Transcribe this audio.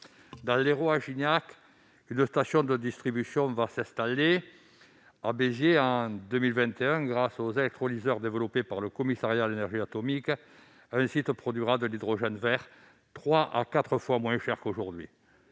dans l'Hérault, une station de distribution va s'installer. À Béziers, grâce aux électrolyseurs développés par le Commissariat à l'énergie atomique, un site produira en 2021 de l'hydrogène vert trois à quatre fois moins cher qu'aujourd'hui.